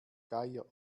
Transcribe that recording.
geier